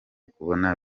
kubona